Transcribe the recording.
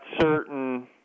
certain